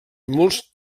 molts